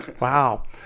Wow